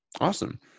Awesome